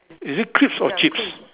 is it or crisp or chips